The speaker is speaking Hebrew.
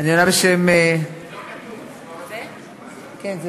אני פשוט עונה בשם השרה לבני.